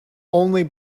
only